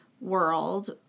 world